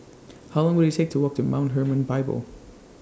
How Long Will IT Take to Walk to Mount Hermon Bible